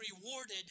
rewarded